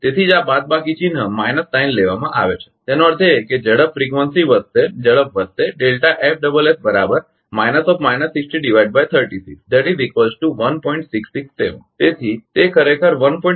તેથી જ આ બાદબાકી ચિહ્ન લેવામાં આવે છે તેનો અર્થ એ કે ઝડપ ફ્રીકવંસી વધશે ઝડપ વધશે તેથી તે ખરેખર 1